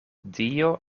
dio